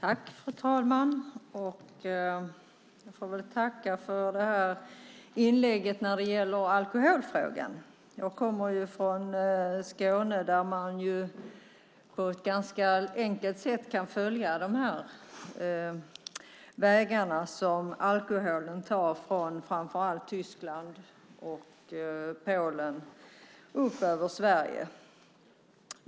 Fru talman! Jag får tacka för inlägget när det gäller alkoholfrågan. Jag kommer från Skåne där man på ett ganska enkelt sätt kan följa de vägar alkoholen tar, framför allt från Tyskland och Polen upp över Sverige.